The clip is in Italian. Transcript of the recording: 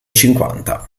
cinquanta